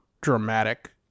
dramatic